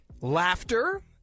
Laughter